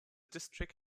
district